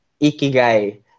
Ikigai